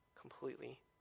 completely